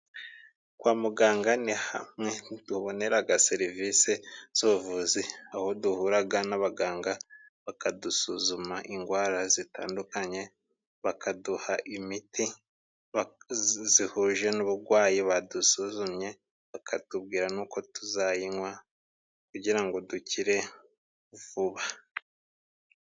Kwa muganga ni hamwe tuboneraga serivisi z'ubuvuzi ,aho duhuraga n'abaganga bakadusuzuma indwara zitandukanye, bakaduha imiti zihuje n'uburwayi badusuzumye, bakatubwira n'uko tuzayinywa kugira ngo dukire vuba.